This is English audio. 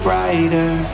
brighter